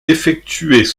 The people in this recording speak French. effectués